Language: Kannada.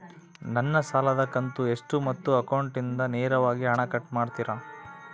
ನನ್ನ ಸಾಲದ ಕಂತು ಎಷ್ಟು ಮತ್ತು ಅಕೌಂಟಿಂದ ನೇರವಾಗಿ ಹಣ ಕಟ್ ಮಾಡ್ತಿರಾ?